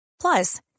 Plus